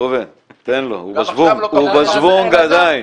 ראובן, תן לו, הוא בשוונג עדיין